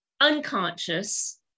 unconscious